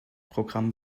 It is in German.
programm